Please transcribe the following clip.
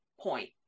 point